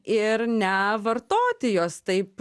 ir nevartoti jos taip